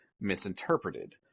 misinterpreted